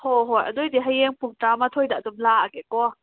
ꯍꯣ ꯍꯣꯏ ꯑꯗꯨꯑꯣꯏꯗꯤ ꯍꯌꯦꯡ ꯄꯨꯡ ꯇꯔꯥꯃꯥꯊꯣꯏꯗ ꯑꯗꯨꯝ ꯂꯥꯛꯑꯒꯦ ꯀꯣ